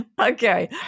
Okay